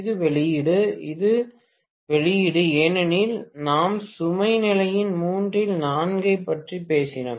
இது வெளியீடு இது வெளியீடு ஏனெனில் நாம் சுமை நிலையின் மூன்றில் நான்கைப் பற்றி பேசினோம்